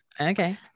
okay